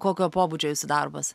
kokio pobūdžio jūsų darbas